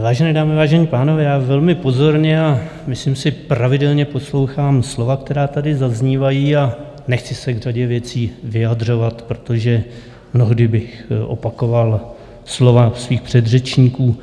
Vážené dámy, vážení pánové, já velmi pozorně a myslím si pravidelně poslouchám slova, která tady zaznívají, a nechci se k řadě věcí vyjadřovat, protože mnohdy bych opakoval slova svých předřečníků.